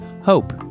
Hope